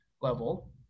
level